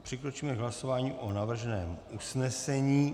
Přikročíme k hlasování o navrženém usnesení.